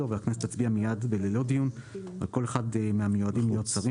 והכנסת תצביע מיד וללא דיון על כל אחד מהמיועדים להיות שרים